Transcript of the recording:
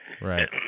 right